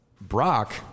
Brock